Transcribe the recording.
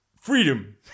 freedom